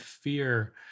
fear